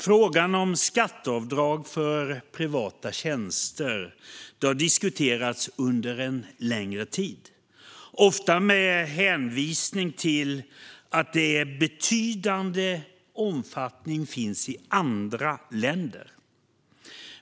Frågan om skatteavdrag för privata tjänster har diskuterats under en längre tid, ofta med hänvisning till att det i betydande omfattning finns i andra länder.